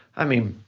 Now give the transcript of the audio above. i mean,